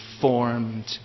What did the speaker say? formed